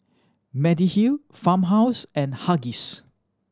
Mediheal Farmhouse and Huggies